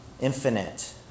infinite